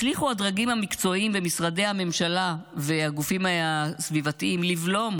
הצליחו הדרגים המקצועיים במשרדי הממשלה והגופים הסביבתיים לבלום